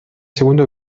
segundo